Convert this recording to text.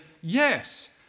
yes